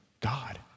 God